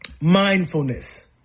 Mindfulness